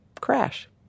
Crash